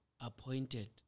appointed